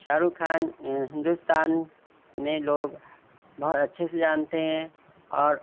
شاہ رخ خان ہندوستان میں لوگ بہت اچھے سے جانتے ہیں اور